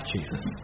Jesus